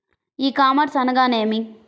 ఈ కామర్స్ అనగా నేమి?